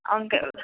okay